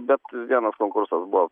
bet vienas konkursas buvo